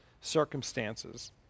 circumstances